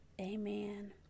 Amen